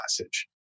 message